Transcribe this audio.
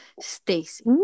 Stacy